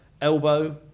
Elbow